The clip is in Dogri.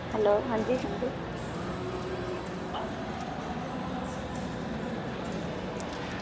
हैलो आं जी आं जी